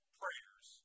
prayers